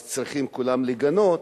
אז צריכים כולם לגנות,